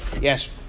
yes